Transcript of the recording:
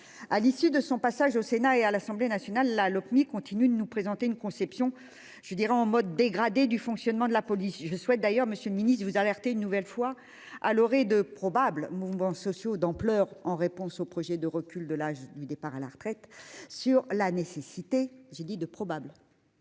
À l'issue de son passage au Sénat et à l'Assemblée nationale, la Lopmi continue de nous présenter une conception je dirais en mode dégradé du fonctionnement de la police. Je souhaite d'ailleurs Monsieur le Ministre vous alerter une nouvelle fois à l'orée de probables mouvements sociaux d'ampleur en réponse au projet de recul de l'âge du départ à la retraite sur la nécessité. J'ai dit de probables.